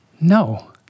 no